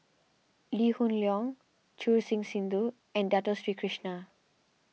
Lee Hoon Leong Choor Singh Sidhu and Dato Sri Krishna